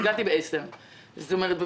הגעתי ב-10:00.